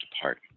apart